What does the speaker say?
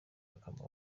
akamaro